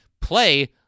play